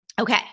Okay